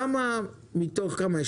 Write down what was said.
מתוך כמה?